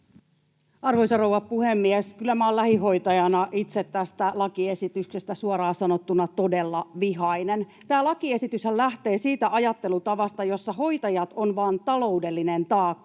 Arvoisa rouva puhemies! Kyllä minä olen lähihoitajana itse tästä lakiesityksestä suoraan sanottuna todella vihainen. Tämä lakiesityshän lähtee siitä ajattelutavasta, jossa hoitajat ovat vain taloudellinen taakka,